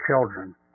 children